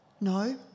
No